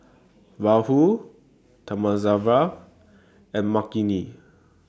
Rahul Thamizhavel and Makineni